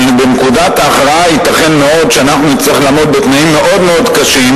אבל בנקודת ההכרעה ייתכן מאוד שאנחנו נצטרך לעמוד בתנאים מאוד קשים,